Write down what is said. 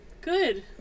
Good